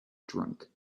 drunk